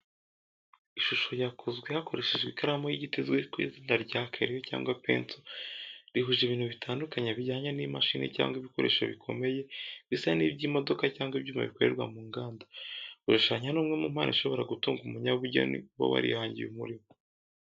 Ishusho yakozwe hakoreshejwe ikaramu y’igiti izwi ku izina rya kereyo cyangwa penso rihuje ibintu bitandukanye bijyanye n’imashini cyangwa ibikoresho bikomeye, bisa n’iby’imodoka cyangwa ibyuma bikorerwa mu nganda. Gushushanya ni imwe mu mpano ishobora gutunga umunyabugeni uba warihangiye umurimo.